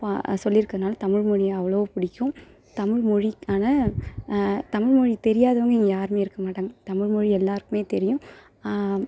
ப சொல்லி இருக்கிறனால தமிழ்மொழியை அவ்வளோ பிடிக்கும் தமிழ்மொழிக்கான தமிழ்மொழி தெரியாதவங்க இங்கே யாருமே இருக்கமாட்டாங்க தமிழ்மொழி எல்லாருக்குமே தெரியும்